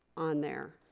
on there.